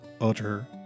utter